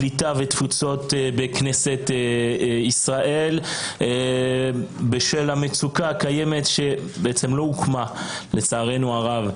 קליטה ותפוצות בכנסת ישראל בשל המצוקה הקיימת -- לצערנו הרב,